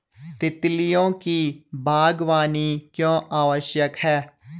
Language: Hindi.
तितलियों की बागवानी क्यों आवश्यक है?